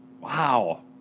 Wow